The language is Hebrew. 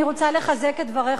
אני רוצה לחזק את דבריך,